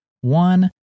one